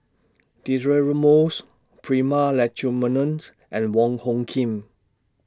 Deirdre Moss Prema Letchumanans and Wong Hung Khim